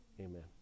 amen